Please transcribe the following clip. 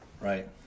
Right